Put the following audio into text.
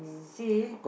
say